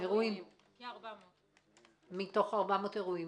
כ-400 אירועים.